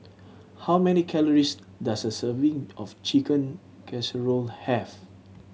how many calories does a serving of Chicken Casserole have